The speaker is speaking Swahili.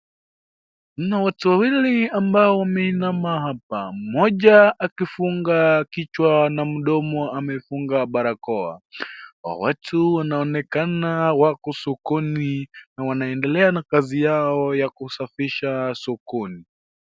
Kuna watu wawili ambao wameinama hapa,,mmoja akifunga kichwa na mdomo amefunga barakoa,, hawa watu wanaonekana wako sokoni na wanaendelea na kazi yao ya kusafisha sokoni.